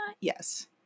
yes